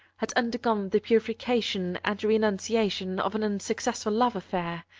had undergone the purification and renunciation of an unsuccessful love affair,